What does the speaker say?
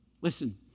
Listen